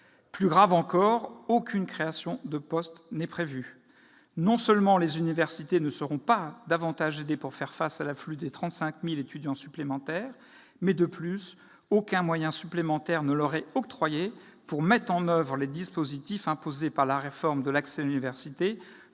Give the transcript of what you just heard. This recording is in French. Plus grave encore, aucune création de postes n'est prévue. Non seulement les universités ne seront pas davantage aidées pour faire face à l'afflux de 35 000 étudiants supplémentaires, mais encore aucun moyen supplémentaire ne leur est octroyé pour mettre en oeuvre les dispositifs imposés par la réforme de l'accès à l'université